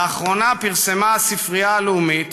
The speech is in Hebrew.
לאחרונה פרסמה הספרייה הלאומית